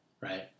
right